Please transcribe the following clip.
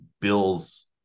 bills